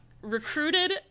recruited